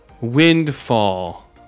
Windfall